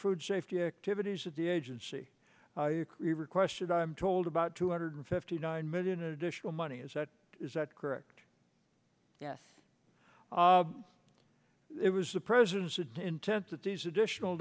food safety activities that the agency requested i'm told about two hundred fifty nine million additional money is that is that correct yes it was the president intensities additional